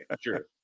sure